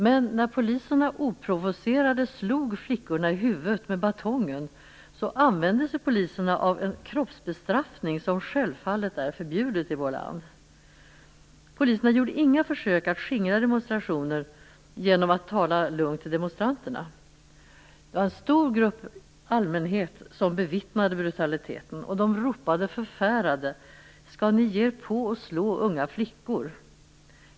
Men när poliserna oprovocerade slog flickorna i huvudet med batongen använde de sig av kroppsbestraffning, vilket självfallet är förbjudet i vårt land. Poliserna gjorde inga försök att skingra demonstrationen genom att tala lugnt till demonstranterna. En stor grupp förbipasserande bevittnade brutaliteten. Man ropade förfärat: Skall ni ger er på och slå unga flickor!